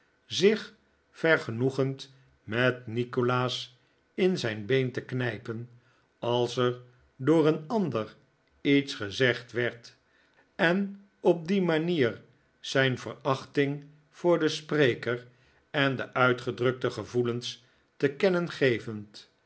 zich vergenoegend met nikolaas in zijn been te knijpen als er door een ander iets gezegd werd en op die manier zijn verachting voor den spreker en de uitgedrukte gevoelens te kennen gevend